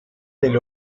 del